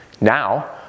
Now